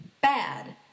bad